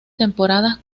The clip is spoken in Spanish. temporadas